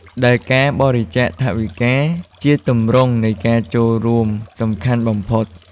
ដែលការបរិច្ចាគថវិកា ជាទម្រង់នៃការចូលរួមសំខាន់បំផុត។